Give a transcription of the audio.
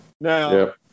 Now